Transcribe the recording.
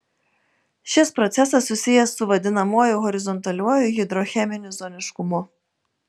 šis procesas susijęs su vadinamuoju horizontaliuoju hidrocheminiu zoniškumu